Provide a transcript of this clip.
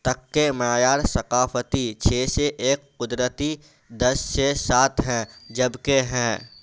تک کے معیار ثقافتی چھ سے ایک قدرتی دس سے سات ہیں جب کہ ہیں